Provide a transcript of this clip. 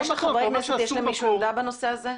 רגע, חברי הכנסת, יש למישהו עמדה בנושא הזה?